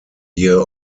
year